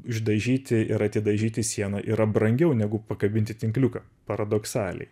išdažyti ir atidažyti sieną yra brangiau negu pakabinti tinkliuką paradoksaliai